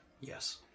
Yes